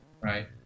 right